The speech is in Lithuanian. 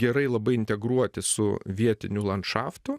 gerai labai integruoti su vietiniu landšaftu